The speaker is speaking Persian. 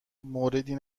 موردی